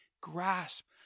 grasp